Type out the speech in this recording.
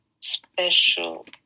special